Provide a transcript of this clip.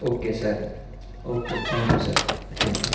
okay sir okay thank you sir thank you